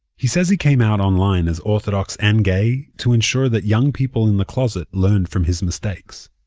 he says he came out online as orthodox and gay to ensure that young people in the closet learned from his mistakes.